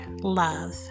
love